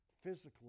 physically